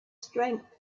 strength